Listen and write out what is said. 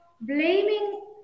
blaming